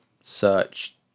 search